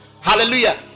hallelujah